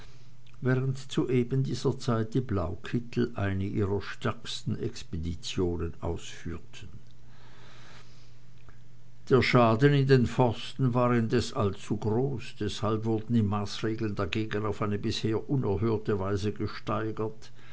während zu eben dieser zeit die blaukittel eine ihrer stärksten expeditionen ausführten der schaden in den forsten war indes allzu groß deshalb wurden die maßregeln dagegen auf eine bisher unerhörte weise gesteigert